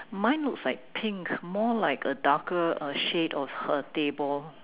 mine looks like pink more like a darker uh shade of her table